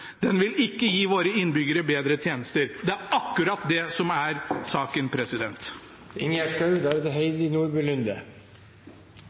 Den vil ikke gi våre innbyggere bedre tjenester.» Det er akkurat det som er saken.